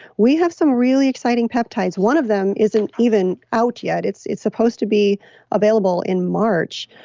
we have some really exciting peptides. one of them isn't even out yet. it's it's supposed to be available in march.